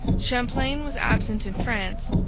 champlain was absent in france,